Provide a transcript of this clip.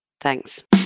thanks